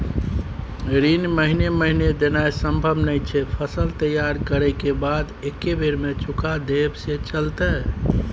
ऋण महीने महीने देनाय सम्भव नय छै, फसल तैयार करै के बाद एक्कै बेर में चुका देब से चलते?